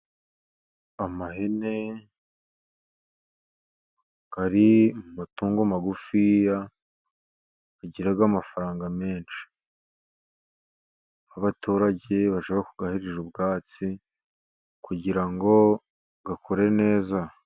Ihene ziri mu matungo magufi zigira amafaranga menshi, abaturage bashaka ubwatsi kugira zikure neza.